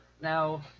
Now